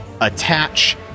attach